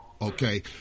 okay